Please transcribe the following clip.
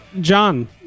John